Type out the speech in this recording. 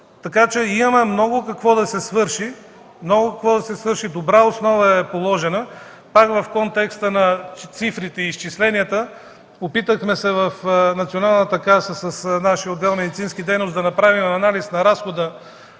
Така че имаме много какво да се свърши, добра основа е положена. Пак в контекста на цифрите и изчисленията се опитахме в националната Каса с нашия отдел „Медицинска дейност” да направим анализ на разхода